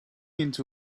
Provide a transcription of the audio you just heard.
into